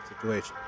situation